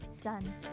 Done